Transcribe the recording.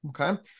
Okay